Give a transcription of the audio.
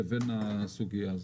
לסוגיה הזו.